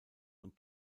und